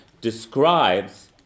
describes